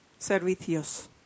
servicios